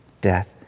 death